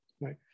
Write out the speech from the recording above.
right